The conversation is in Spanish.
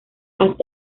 haz